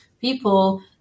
people